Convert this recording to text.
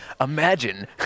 Imagine